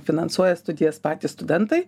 finansuoja studijas patys studentai